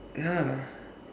ya